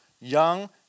young